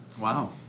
Wow